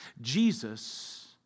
Jesus